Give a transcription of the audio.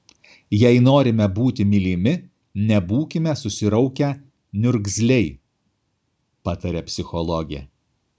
jei norime būti mylimi nebūkime susiraukę niurgzliai pataria psichologė